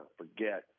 forget